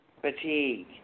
fatigue